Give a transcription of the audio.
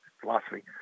philosophy